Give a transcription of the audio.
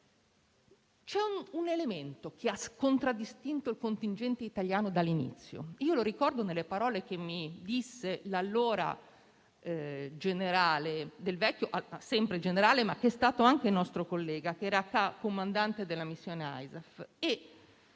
C'è un elemento che ha contraddistinto il contingente italiano dall'inizio (lo ricordo nelle parole che mi disse il generale Del Vecchio, che è stato anche nostro collega e comandante della missione ISAF):